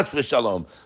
shalom